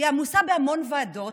היא עמוסה בהמון ועדות,